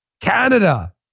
Canada